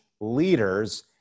leaders